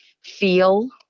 feel